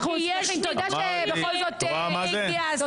תודה שבכל זאת --- את